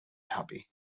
happy